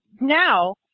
now